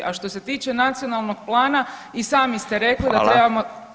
A što se tiče nacionalnog plana i sami ste rekli da trebamo